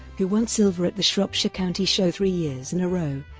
who won silver at the shropshire county show three years in a row,